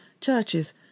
churches